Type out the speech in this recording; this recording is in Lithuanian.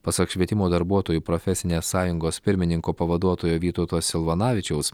pasak švietimo darbuotojų profesinės sąjungos pirmininko pavaduotojo vytauto silvanavičiaus